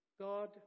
God